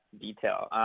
detail